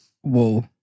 Whoa